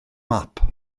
map